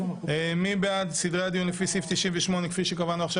מי בעד סדרי הדיון לפי סעיף 98 כפי שקבענו עכשיו?